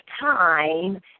time